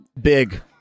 big